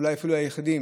אולי אפילו היחידים,